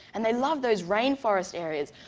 and they love those rainforest areas,